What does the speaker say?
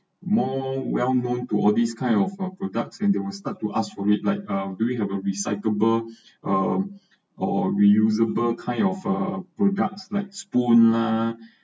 more well known to all these kind of uh products and they will start to ask for it like uh do we have a recyclable uh or reusable kind of uh products like spoon lah